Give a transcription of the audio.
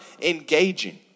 engaging